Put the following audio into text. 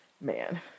Man